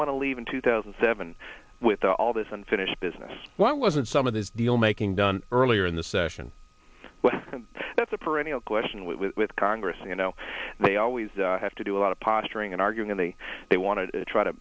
want to leave in two thousand and seven with all this unfinished business why wasn't some of this deal making done earlier in the session that's a perennial question with congress you know they always have to do a lot of posturing and arguing and the they want to try to